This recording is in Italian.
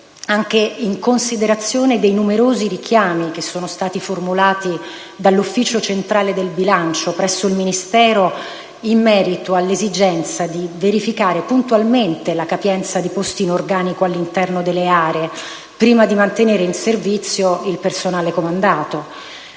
anche in considerazione dei numerosi richiami che sono stati formulati dell'Ufficio centrale del bilancio presso il Ministero in merito all'esigenza di verificare puntualmente la capienza di posti in organico all'interno delle aree prima di mantenere in servizio il personale comandato.